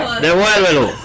devuélvelo